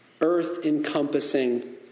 earth-encompassing